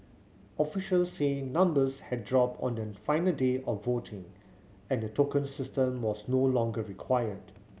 officials said numbers had dropped on the final day of voting and the token system was no longer required